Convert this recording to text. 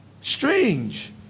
strange